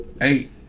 eight